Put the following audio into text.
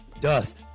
Dust